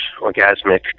orgasmic